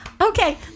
Okay